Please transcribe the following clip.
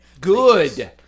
Good